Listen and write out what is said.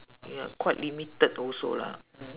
ya quite limited also lah mm